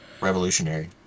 revolutionary